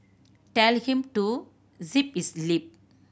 tell him to zip his lip